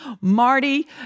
Marty